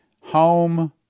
home